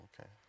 Okay